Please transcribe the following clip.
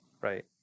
Right